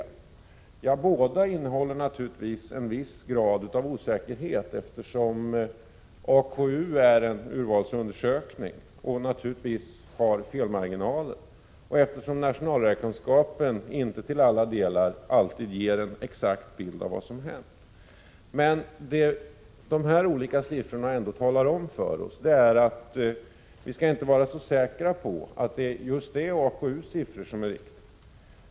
Både AKU:s siffror och siffrorna i nationalräkenskaperna innehåller naturligtvis en viss grad av osäkerhet, eftersom AKU är en urvalsundersökning och givetvis har felmarginaler och eftersom nationalräkenskaperna inte till alla delar alltid ger en exakt bild av utvecklingen. Men vad de olika siffrorna ändå talar om för oss är att vi inte skall vara så säkra på att det är just AKU:s siffror som är riktiga.